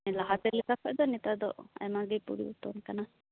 ᱞᱟᱦᱟᱛᱮ ᱞᱮᱠᱟ ᱠᱷᱚᱱᱫᱚ ᱱᱮᱛᱟᱨ ᱫᱚ ᱟᱭᱢᱟᱜᱮ ᱯᱚᱨᱤᱵᱚᱨᱛᱚᱱ ᱟᱠᱟᱱᱟ